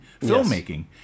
filmmaking